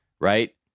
right